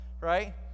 right